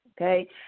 okay